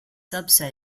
subset